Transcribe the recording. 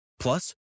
Plus